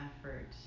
effort